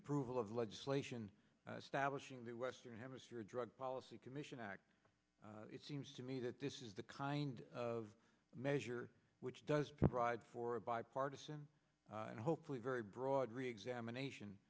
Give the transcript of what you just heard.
approval of legislation stablish in the western hemisphere drug policy commission act it seems to me that this is the kind of measure which does provide for a bipartisan and hopefully very broad reexamination